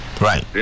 Right